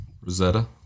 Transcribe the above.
Rosetta